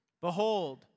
Behold